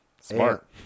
Smart